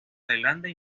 tailandia